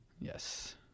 yes